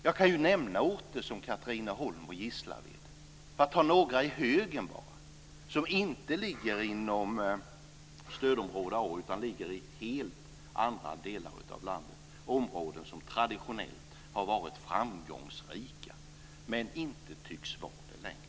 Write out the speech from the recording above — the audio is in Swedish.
Jag kan nämna orter som Katrineholm och Gislaved, bara för att ta några i högen, som inte ligger inom stödområde A utan ligger i helt andra delar av landet, områden som traditionellt har varit framgångsrika men tyvärr inte tycks vara det längre.